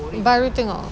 boring